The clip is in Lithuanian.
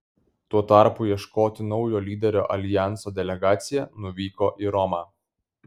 tuo tarpu ieškoti naujo lyderio aljanso delegacija nuvyko į romą